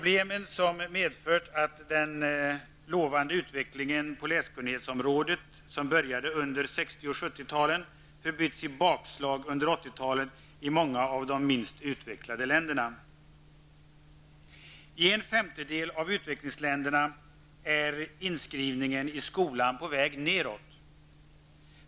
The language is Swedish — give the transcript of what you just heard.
Dessa problem har medfört att den lovande utvecklingen på läskunnighetsområdet som började under 60 och 70-talen förbyttes i bakslag under 80-talet i många av de minst utvecklade länderna. I en femtedel av utvecklingsländerna är inskrivningen i skolan på väg nedåt.